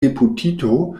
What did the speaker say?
deputito